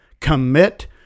commit